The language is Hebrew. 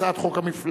הצעת חוק המפלגות